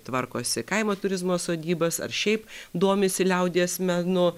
tvarkosi kaimo turizmo sodybas ar šiaip domisi liaudies menu